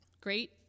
great